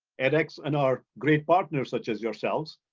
edx and our great partners such as yourselves,